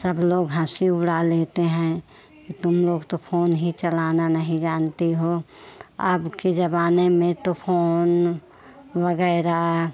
सब लोग हंसी उड़ा लेते हैं कि तुम लोग तो फोन भी चलाना नहीं जानती हो अब के ज़माने में तो फोन वग़ैरह